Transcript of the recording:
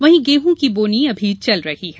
वहीं गेहूं की बोनी अभी चल रही है